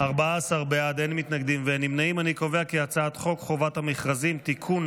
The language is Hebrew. את הצעת חוק חובת המכרזים (תיקון,